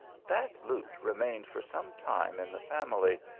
that lute remained for some time in the family,